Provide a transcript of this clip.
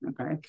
Okay